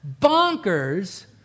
bonkers